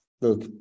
Look